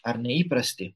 ar neįprasti